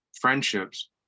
friendships